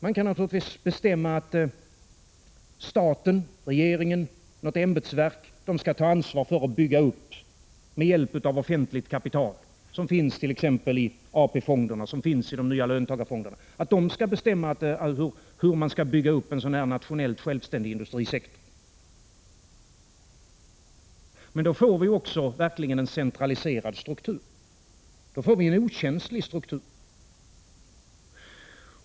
Man kan naturligtvis bestämma att staten, regeringen eller något ämbetsverk skall besluta hur en sådan nationellt självständig industrisektor skall byggas upp med hjälp av offentligt kapital, som finns i t.ex. AP-fonderna eller de nya löntagarfonderna. Men då får vi också verkligen en centraliserad struktur, en struktur som är okänslig.